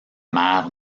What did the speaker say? mer